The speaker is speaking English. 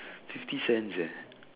fifty cents eh